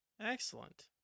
excellent